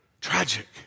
Tragic